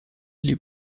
les